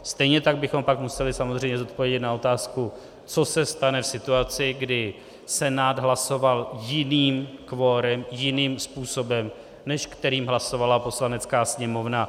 Stejně tak bychom pak museli samozřejmě zodpovědět na otázku, co se stane v situaci, kdy Senát hlasoval jiným kvorem, jiným způsobem, než kterým hlasovala Poslanecká sněmovna.